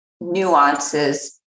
nuances